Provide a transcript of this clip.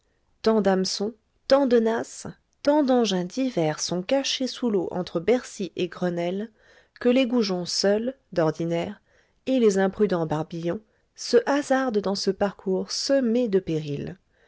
tant d'hameçons tant de nasses tant d'engins divers sont cachés sous l'eau entre bercy et grenelle que les goujons seuls d'ordinaire et les imprudents barbillons se hasardent dans ce parcours semé de périls